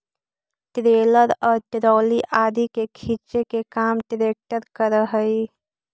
trailer और trolley आदि के खींचे के काम ट्रेक्टर करऽ हई